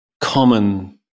common